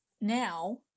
now